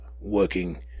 working